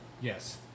Yes